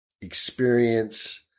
experience